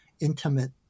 intimate